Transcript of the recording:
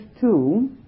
two